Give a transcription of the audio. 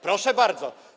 Proszę bardzo.